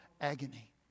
agony